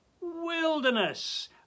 wilderness